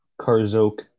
Karzok